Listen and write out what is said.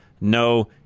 no